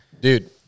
dude